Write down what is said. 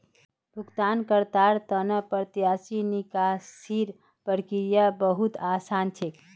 भुगतानकर्तार त न प्रत्यक्ष निकासीर प्रक्रिया बहु त आसान छेक